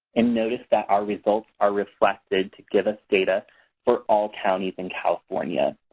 and notice that our results are reflected to give us data for all counties in california.